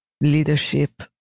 leadership